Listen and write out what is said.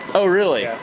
oh really?